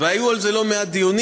והיו על זה לא מעט דיונים.